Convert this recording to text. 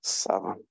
seven